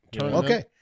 Okay